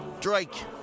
Drake